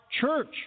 church